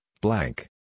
blank